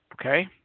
okay